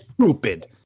stupid